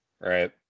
Right